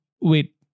wait